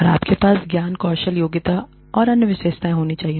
और आपके पास ज्ञान कौशल योग्यता और अन्य विशेषताएं होनी चाहिए